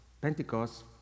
Pentecost